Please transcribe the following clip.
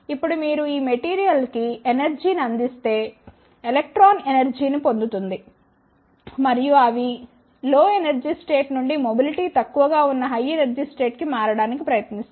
ఇప్పుడు మీరు ఈ మెటీరియల్ కి ఎనర్జీ ని అందిస్తే ఎలక్ట్రాన్ ఎనర్జీని పొందుతుంది మరియు అవి లో ఎనర్జీ స్టేట్ నుండి మెబిలిటీ తక్కువగా ఉన్న హై ఎనర్జీ స్టేట్ కి మారడానికి ప్రయత్నిస్తాయి